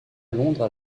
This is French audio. londres